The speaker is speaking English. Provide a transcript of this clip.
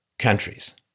countries